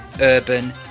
Urban